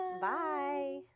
Bye